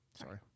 sorry